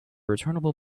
returnable